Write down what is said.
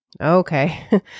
Okay